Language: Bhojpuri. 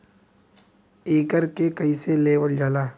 एकरके कईसे लेवल जाला?